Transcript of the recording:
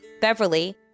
Beverly